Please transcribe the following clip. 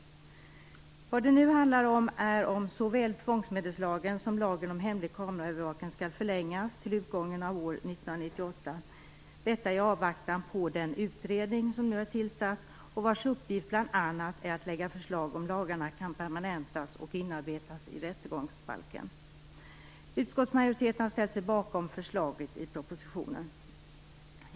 Vad det nu handlar om är om såväl tvångsmedelslagen som lagen om hemlig kameraövervakning skall förlängas till utgången av år 1998, detta i avvaktan på den utredning som nu är tillsatt och vars uppgift bl.a. är att lägga fram förslag om huruvida lagarna kan permanentas och inarbetas i rättegångsbalken. Utskottsmajoriteten har ställt sig bakom förslaget i propositionen.